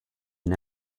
and